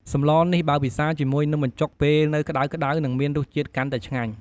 សម្លនេះ បើពិសាជាមួយនំបញ្ចុកពេលនៅក្តៅៗនឹងមានរសជាតិកាន់តែឆ្ងាញ់